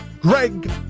Greg